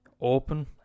...open